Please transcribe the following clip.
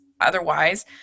otherwise